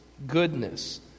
goodness